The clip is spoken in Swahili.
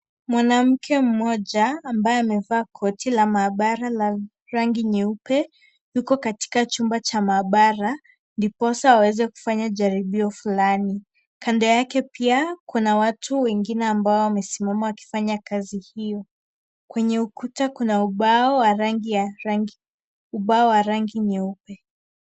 Mwanamke mmoja ambaye amevaa koti la mahabara la rangi nyeupe yuko katia chumba cha mahabara ndiposa waweze kufanya jaribio flani. Kando yake pia kuna watu wengine wamesimama wakifanya kazi hio. Kwenye ukuta kuna ubao wa rangi nyeupe .